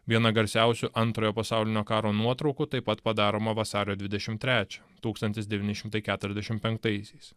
viena garsiausių antrojo pasaulinio karo nuotraukų taip pat padaroma vasario dvidešimt trečią tūkstantis devyni šimtai keturiasdešimt penktaisiais